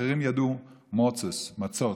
אחרים ידעו מאצעס, מצות.